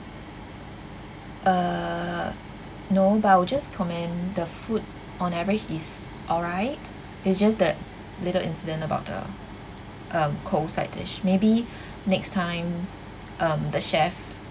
uh no but I will just comment the food on average is alright it's just that little incident about the uh cold side dish maybe next time um the chef